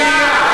שנייה,